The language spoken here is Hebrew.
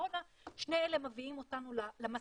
הקורונה שני אלה מביאים אותנו למסקנה,